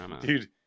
Dude